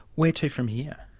where to from here?